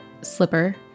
slipper